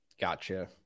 Gotcha